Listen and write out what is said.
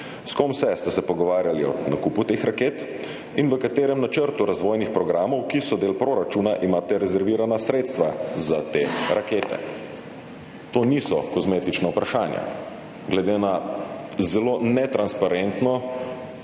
S kom vse ste se pogovarjali o nakupu teh raket? V katerem načrtu razvojnih programov, ki so del proračuna, imate rezervirana sredstva za te rakete? To niso kozmetična vprašanja. Glede na zelo netransparentno,